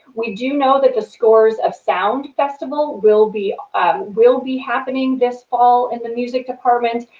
we do know that the scores of sound festival will be will be happening this fall in the music department,